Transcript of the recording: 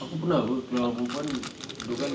aku pernah [pe] keluar dengan perempuan dua kali